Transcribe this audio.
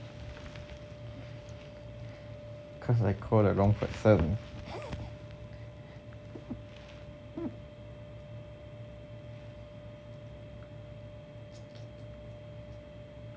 cause I called the wrong person